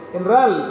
Inral